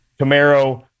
Camaro